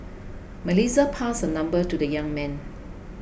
Melissa passed her number to the young man